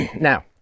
Now